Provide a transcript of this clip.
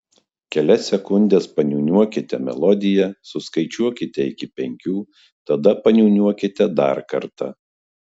kelias sekundes paniūniuokite melodiją suskaičiuokite iki penkių tada paniūniuokite dar kartą